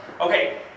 Okay